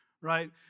right